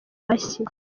mashyi